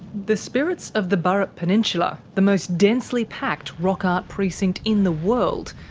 the spirits of the burrup peninsula, the most densely packed rock art precinct in the world,